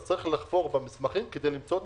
אז הוא צריך לחפור במסמכים כדי למצוא את